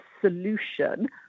solution